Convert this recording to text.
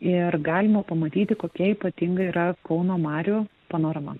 ir galima pamatyti kokia ypatinga yra kauno marių panorama